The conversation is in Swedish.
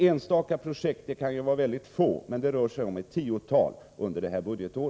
”Enskilda projekt” kan ju vara ytterst få, men det rör sig om ett tiotal under innevarande budgetår.